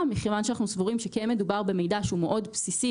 מכיוון שאנחנו סבורים שכן מדובר במידע שהוא מאוד בסיסי